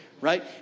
Right